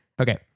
Okay